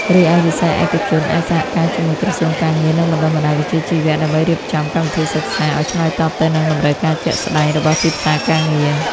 រីឯវិស័យឯកជនអាចសហការជាមួយក្រសួងការងារ និងបណ្ដុះបណ្ដាលវិជ្ជាជីវៈដើម្បីរៀបចំ កម្មវិធីសិក្សា ឱ្យឆ្លើយតបទៅនឹងតម្រូវការជាក់ស្តែងរបស់ទីផ្សារការងារ។